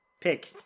Pick